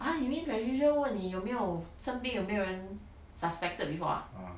ah you mean patricia 问你有没有生病有没有人 suspected before ah